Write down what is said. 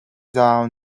down